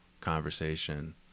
conversation